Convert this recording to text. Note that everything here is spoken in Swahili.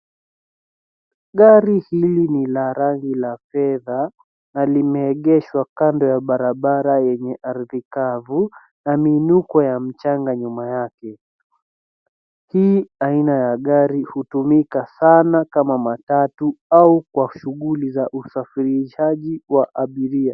Gari hili ni la rangi ya fedha na limeegeshwa kando ya barabara lenye ardhi kavu na miinuko ya mchanga nyuma yake. Hii aina ya gari hutumika sana kama matatu au kwa shughuli za usafirishaji wa abiria.